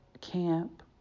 camp